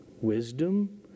Wisdom